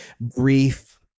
brief